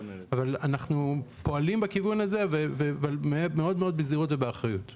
אנחנו פועלים בכיוון הזה אבל מאוד בזהירות ובאחריות.